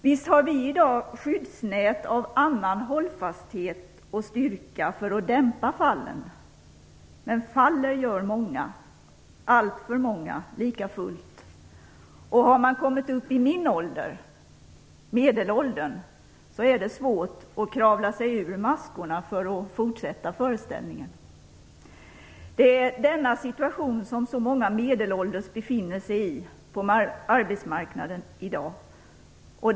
Visst har vi i dag skyddsnät av annan hållfasthet och styrka för att dämpa fallen, men faller gör många, alltför många, likafullt, och har man kommit upp i min ålder, medelåldern, är det svårt att kravla sig ur maskorna för att fortsätta föreställningen. Det är denna situation som så många medelålders befinner sig i på arbetsmarknaden i dag.